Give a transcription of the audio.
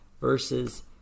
verses